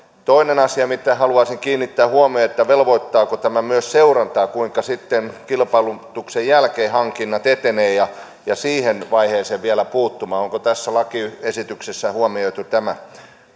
toinen asia mihin haluaisin kiinnittää huomiota velvoittaako tämä myös seurantaan siitä kuinka sitten kilpailutuksen jälkeen hankinnat etenevät ja siihen vaiheeseen vielä puuttumaan onko tässä lakiesityksessä huomioitu tämä